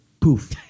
poof